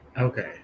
Okay